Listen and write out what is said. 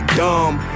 dumb